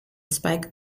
spike